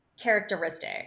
characteristic